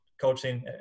coaching